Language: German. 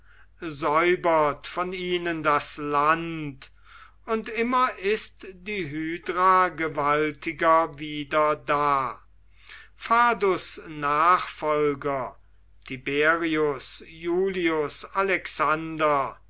von ihnen das land und immer ist die hydra gewaltiger wieder da fadus nachfolger tiberius julius alexander